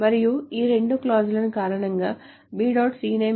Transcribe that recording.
మరియు ఈ రెండు క్లాజుల కారణంగా B